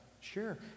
Sure